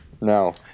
no